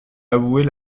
avouer